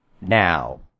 now